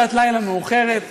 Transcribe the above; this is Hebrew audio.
שעת לילה מאוחרת,